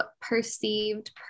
perceived